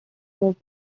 moved